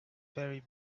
very